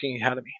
academy